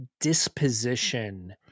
disposition